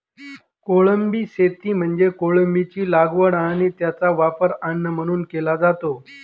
कोळंबी शेती म्हणजे कोळंबीची लागवड आणि त्याचा वापर अन्न म्हणून केला जातो